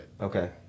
Okay